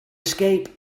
escape